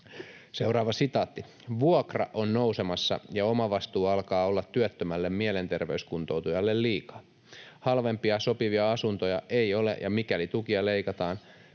ei kannata.” ”Vuokra on nousemassa, ja omavastuu alkaa olla työttömälle mielenterveyskuntoutujalle liikaa. Halvempia sopivia asuntoja ei ole, ja mikäli tukia leikataan,